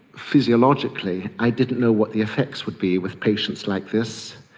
physiologically i didn't know what the effects would be with patients like this,